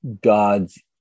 God's